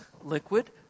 liquid